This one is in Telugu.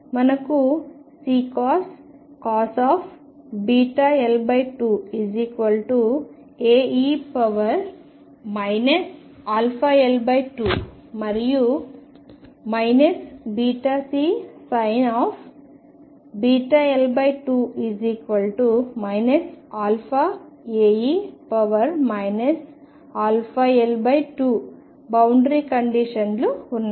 మనకు Ccos βL2 Ae αL2 మరియు βC βL2 αAe αL2 boundary condition లు ఉన్నాయి